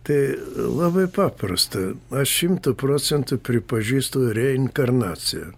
tai labai paprasta aš šimtu procentų pripažįstu reinkarnaciją